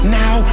now